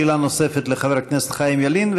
שאלה נוספת לחבר הכנסת חיים ילין,